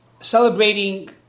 celebrating